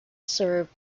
served